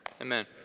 Amen